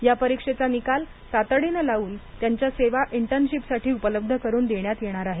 या परीक्षेचा निकाल तातडीनं लावून त्यांच्या सेवा इंटर्नशीपसाठी उपलब्ध करुन देण्यात येणार आहेत